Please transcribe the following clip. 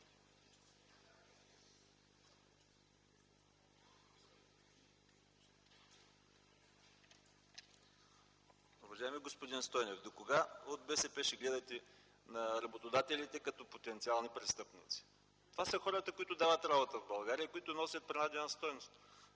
Уважаеми господин Стойнев, докога от БСП ще гледате на работодателите като на потенциални престъпници? Това са хората, които дават работа в България и които носят принадена стойност.